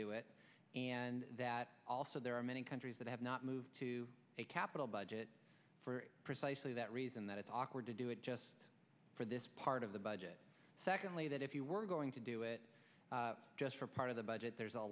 do it and that also there are many countries that have not moved to a capital budget for precisely that reason that it's awkward to do it just for this part of the budget secondly that if you were going to do it just for part of the budget there's a